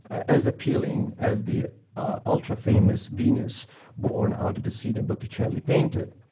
as appealing as the ultra famous venus born out of the sea that botticelli painted.